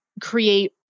create